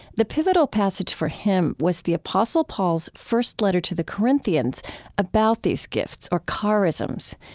the pivotal passage for him was the apostle paul's first letter to the corinthians about these gifts or charisms.